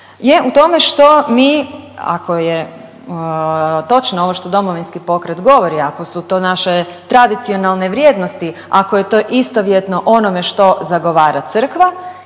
je u tome što mi ako je točno ovo što DP govori, ako su to naše tradicionalne vrijednosti, ako je to istovjetno onome što zagovara crkva,